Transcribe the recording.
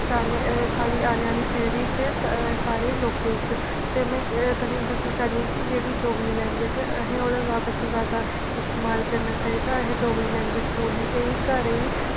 ते साढ़ी औने आह्ली पीढ़ी ते साढ़े औने आह्ले लोकें च ते में तुसेंगी दस्सना चाह्न्नी कि साढ़ी जेह्ड़ी साढ़ी डोगरी लैंग्वेज़ ऐ असेंगी ओह्दा जैदा तों जैदा इस्तेमाल करना चाहिदा असें डोगरी लैंग्वेज़ बोलनी चाहिदी घरें ई